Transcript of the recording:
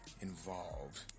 involved